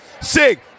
Sig